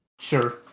Sure